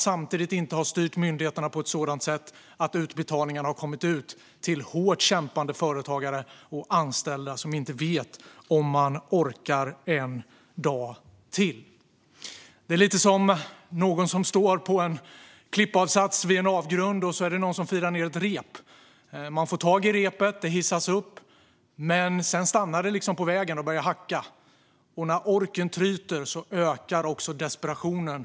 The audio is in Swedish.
Samtidigt har man inte styrt myndigheterna på sådant sätt att utbetalningarna har kommit ut till hårt kämpande företagare och anställda som inte vet om de orkar en dag till. Det är lite som när någon står på en klippavsats vid en avgrund och en annan person firar ned ett rep. Man får tag i repet och börjar hissas upp, men sedan stannar det på vägen och börjar hacka. När orken tryter ökar i detta läge desperationen.